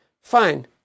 Fine